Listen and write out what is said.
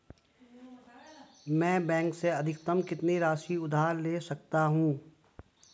मैं बैंक से अधिकतम कितनी राशि उधार ले सकता हूँ?